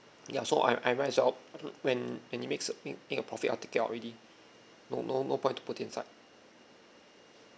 ya so I I might as well when when it makes a make make a profit I take it out already no no no point to put inside